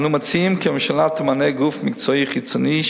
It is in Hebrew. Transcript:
אנו מציעים כי הממשלה תמנה גוף מקצועי חיצוני,